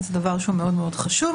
זה דבר שהוא מאוד מאוד חשוב.